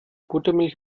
buttermilch